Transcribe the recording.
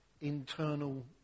internal